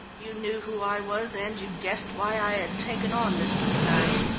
you knew who i was, and you guessed why i had taken on this disguise.